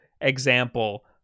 example